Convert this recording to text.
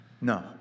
No